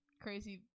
crazy